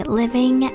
living